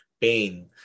pain